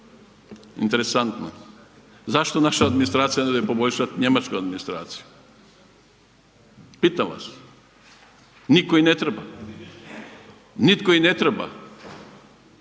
interesantno. Zašto naša administracija ne .../Govornik se ne razumije./... njemačku administraciju? Pitam vas, nitko ih ne treba. Nitko ih ne treba.